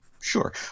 Sure